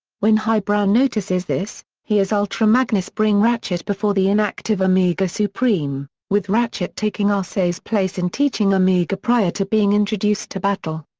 when highbrow notices this, he has ultra magnus bring ratchet before the inactive omega supreme, with ratchet taking arcee's place in teaching omega prior to being introduced to battle.